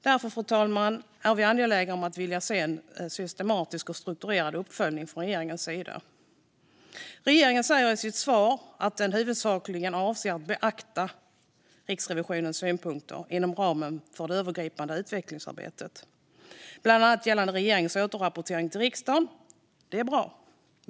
Därför, fru talman, är vi angelägna om att se en systematisk och strukturerad uppföljning från regeringens sida. Regeringen säger i sitt svar att den huvudsakligen avser att beakta Riksrevisionens synpunkter inom ramen för det övergripande utvecklingsarbetet, bland annat gällande regeringens återrapportering till riksdagen. Det är bra.